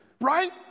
right